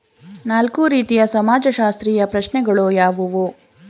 ನಾಲ್ಕು ರೀತಿಯ ಸಮಾಜಶಾಸ್ತ್ರೀಯ ಪ್ರಶ್ನೆಗಳು ಯಾವುವು?